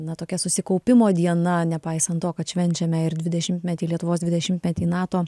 na tokia susikaupimo diena nepaisant to kad švenčiame ir dvidešimtmetį lietuvos dvidešimtmetį nato